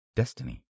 destiny